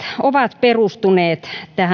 ovat perustuneet